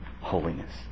holiness